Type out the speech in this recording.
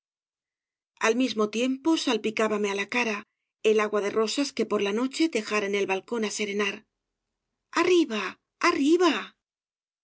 al mismo tiempo salpicábame á la cara el agua de rosas que por la noche dejara en el balcón á serenar arriba arriba